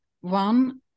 one